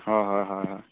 হয় হয় হয় হয়